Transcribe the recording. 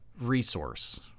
resource